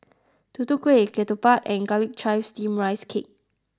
Tutu Kueh Ketupat and Garlic Chives Steamed Rice Cake